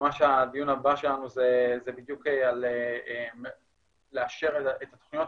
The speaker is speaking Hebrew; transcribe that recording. ממש הדיון הבא שלנו זה בדיוק על לאשר את התכניות